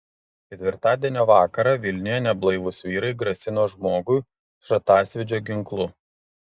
ketvirtadienio vakarą vilniuje neblaivūs vyrai grasino žmogui šratasvydžio ginklu